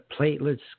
platelets